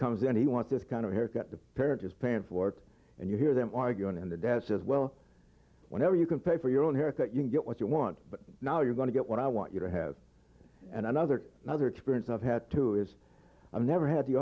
comes in he wants this kind of haircut the parent is paying for it and you hear them arguing and the dad says well whenever you can pay for your own haircut you can get what you want but now you're going to get what i want you to have and another other experience i've had too is i never had the